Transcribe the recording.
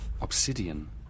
Obsidian